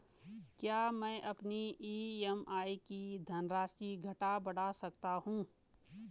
क्या मैं अपनी ई.एम.आई की धनराशि घटा बढ़ा सकता हूँ?